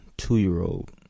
two-year-old